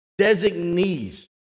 Designees